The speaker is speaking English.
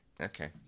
Okay